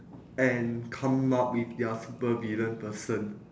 and come up with their super villain person